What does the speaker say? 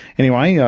anyway, yeah